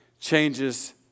changes